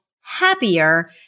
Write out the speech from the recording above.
happier